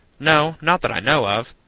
no, not that i know of.